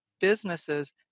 businesses